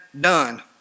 done